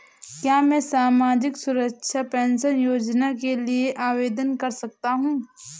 क्या मैं सामाजिक सुरक्षा पेंशन योजना के लिए आवेदन कर सकता हूँ?